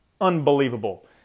unbelievable